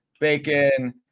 bacon